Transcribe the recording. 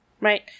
right